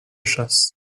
chasse